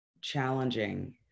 Challenging